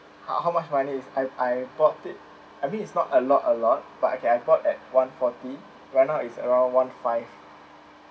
how how much money is I I bought it I mean it's not a lot a lot but okay I bought at one forty right now is around one five